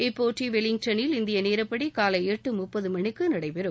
இப்போட்டி வெலிங்டனில் இந்திய நேரப்படி காலை எட்டு முப்பது மணிக்கு நடைபெறும்